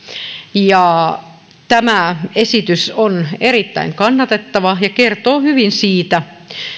ja tämä esitys on erittäin kannatettava ja kertoo hyvin siitä